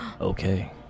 okay